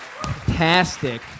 Fantastic